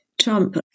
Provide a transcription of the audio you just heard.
Trump